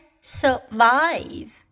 survive